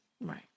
Right